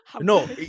No